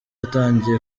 atangiye